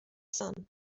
son